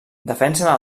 defensen